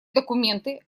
документы